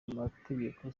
amategeko